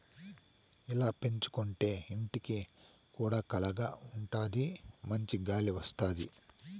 ఇలా పెంచుకోంటే ఇంటికి కూడా కళగా ఉంటాది మంచి గాలి వత్తది